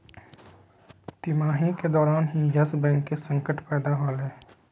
तिमाही के दौरान ही यस बैंक के संकट पैदा होलय